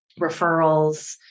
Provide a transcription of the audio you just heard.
referrals